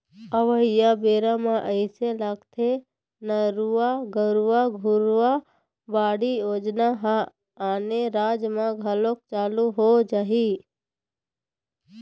अवइया बेरा म अइसे लगथे नरूवा, गरूवा, घुरूवा, बाड़ी योजना ह आने राज म घलोक चालू हो जाही